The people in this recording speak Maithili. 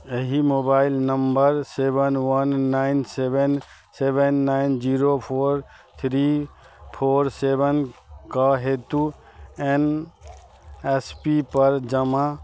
एहि mobile number seven one nine seven seven nine zero four three four seven के हेतु एन एस पी पर जमा